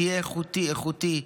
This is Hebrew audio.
תהיה איכותי, איכותי,